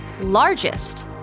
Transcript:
largest